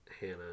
Hannah